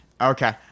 Okay